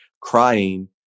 crying